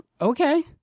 okay